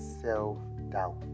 self-doubt